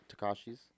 Takashi's